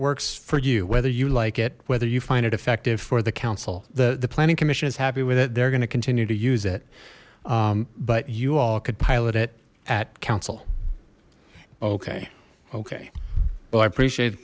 works for you whether you like it whether you find it effective for the council the the planning commission is happy with it they're going to continue to use it but you all could pilot it at council okay okay well i appreciate the